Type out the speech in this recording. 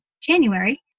January